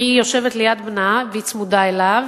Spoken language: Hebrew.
כי היא יושבת ליד בנה והיא צמודה אליו,